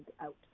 out